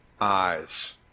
eyes